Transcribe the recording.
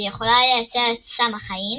שיכולה לייצר את סם החיים